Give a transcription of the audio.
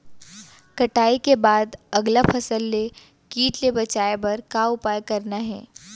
कटाई के बाद अगला फसल ले किट ले बचाए बर का उपाय करना हे?